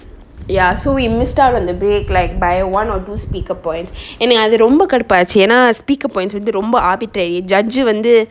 ya so we missed out on the break like by one or two speaker points எனக்கு அது ரொம்ப கடுப்பாச்சி ஏன்னா:enakku athu romba kaduppachi eanna speaker points வந்து ரொம்ப:vanthu romba arbitrary judge ஜூ வந்து:ju vanthu